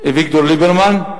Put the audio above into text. אביגדור ליברמן.